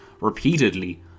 repeatedly